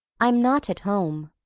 i'm not at home,